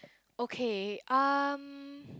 okay um